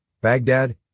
Baghdad